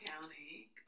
County